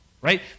right